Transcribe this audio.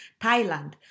Thailand